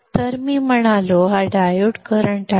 तर मी म्हणालो हा डायोड करंट आहे